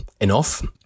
enough